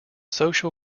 social